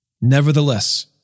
Nevertheless